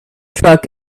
truck